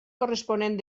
corresponent